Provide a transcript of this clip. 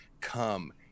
come